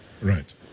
Right